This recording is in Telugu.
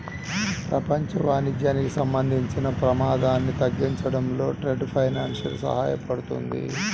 ప్రపంచ వాణిజ్యానికి సంబంధించిన ప్రమాదాన్ని తగ్గించడంలో ట్రేడ్ ఫైనాన్స్ సహాయపడుతుంది